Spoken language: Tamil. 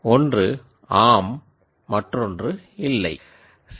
ஒன்று 'ஆம்' மற்றொன்று 'இல்லை'